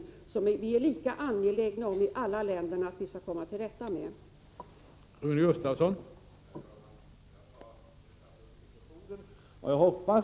Vi är lika angelägna i alla länderna om att komma till rätta med de här problemen.